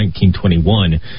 1921